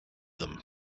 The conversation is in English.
them